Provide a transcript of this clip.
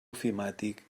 ofimàtic